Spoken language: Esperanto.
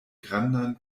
grandan